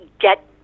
get